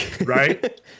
Right